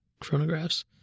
chronographs